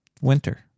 winter